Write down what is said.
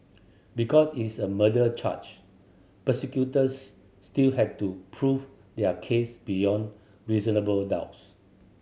because it is a murder charge prosecutors still had to prove their case beyond reasonable doubts